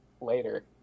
later